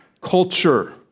Culture